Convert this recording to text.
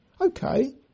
Okay